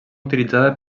utilitzada